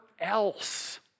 else